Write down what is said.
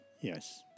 yes